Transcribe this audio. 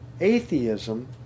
Atheism